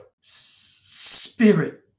spirit